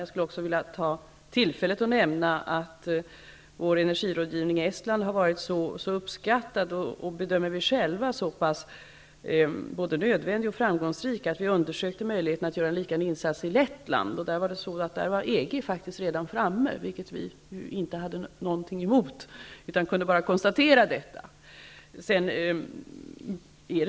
Jag skulle också vilja ta detta tillfälle i akt för att nämna att vår energirådgivning i Estland har varit så uppskattad och -- bedömer vi själva -- så pass nödvändig och framgångsrik att vi har undersökt möjligheterna att göra en liknande insats i Lettland. Det visade sig att EG faktiskt redan hade varit framme där, vilket vi inte hade någonting emot, utan vi kunde bara konstatera att så var fallet.